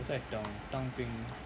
在等当兵